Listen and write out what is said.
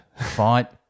Fight